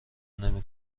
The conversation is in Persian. نمی